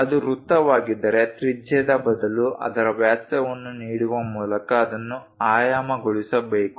ಅದು ವೃತ್ತವಾಗಿದ್ದರೆ ತ್ರಿಜ್ಯದ ಬದಲು ಅದರ ವ್ಯಾಸವನ್ನು ನೀಡುವ ಮೂಲಕ ಅದನ್ನು ಆಯಾಮಗೊಳಿಸಬೇಕು